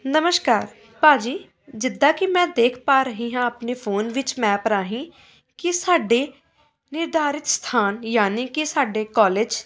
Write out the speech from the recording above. ਨਮਸ਼ਕਾਰ ਭਾਅ ਜੀ ਜਿੱਦਾਂ ਕਿ ਮੈਂ ਦੇਖ ਪਾ ਰਹੀ ਹਾਂ ਆਪਣੇ ਫੋਨ ਵਿੱਚ ਮੈਪ ਰਾਹੀਂ ਕਿ ਸਾਡੇ ਨਿਰਧਾਰਿਤ ਸਥਾਨ ਯਾਨੀ ਕਿ ਸਾਡੇ ਕੋਲੇਜ